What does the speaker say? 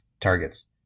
targets